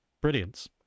brilliance